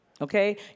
okay